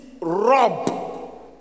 rob